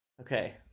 Okay